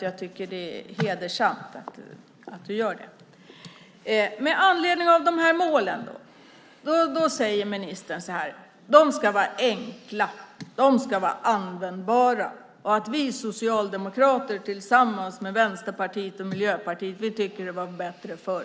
Jag tycker att det är hedersamt att hon gör det. Med anledning av dessa mål säger ministern att de ska vara enkla och användbara. Hon säger att vi socialdemokrater tillsammans med Vänsterpartiet och Miljöpartiet tyckte att det var bättre förr.